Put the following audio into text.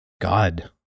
God